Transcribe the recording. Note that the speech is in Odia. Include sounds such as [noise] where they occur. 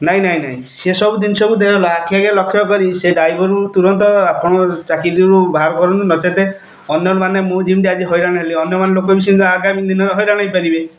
ନାଇଁ ନାଇଁ ନାଇଁ ସେସବୁ ଜିନିଷକୁ [unintelligible] ଆଖି ଆଗରେ ଲକ୍ଷ କରି ସେ ଡ଼୍ରାଇଭର୍କୁ ତୁରନ୍ତ ଆପଣ ଚାକିରୀରୁ ବାହାର କରନ୍ତୁ ନଚେତ୍ ଅନ୍ୟମାନେ ମୁଁ ଯେମିତି ଆଜି ହଇରାଣ ହେଲି ଅନ୍ୟମାନେ ଲୋକ ବି ସେମିତି ଆଗାମୀ ଦିନରେ ହଇରାଣ ହୋଇପାରିବେ